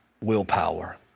willpower